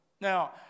Now